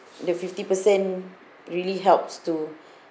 the fifty percent really helps to